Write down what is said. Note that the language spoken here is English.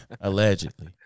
allegedly